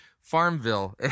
Farmville